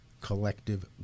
collective